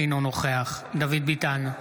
אינו נוכח דוד ביטן,